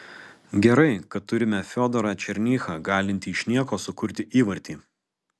gerai kad turime fiodorą černychą galintį iš nieko sukurti įvartį